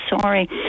sorry